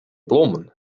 blommen